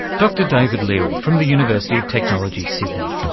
dr david leary from the university of technology, sydney.